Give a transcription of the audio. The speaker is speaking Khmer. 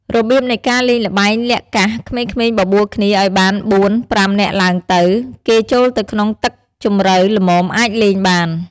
របៀបនៃការលេងល្បែងលាក់កាសក្មេងៗបបួលគ្នាឲ្យបាន ៤-៥ ចាក់ឡើងទៅ គេ ចូលទៅក្នុងទឹកជម្រៅល្មមអាចលេងបាន។